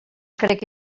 crec